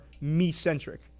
me-centric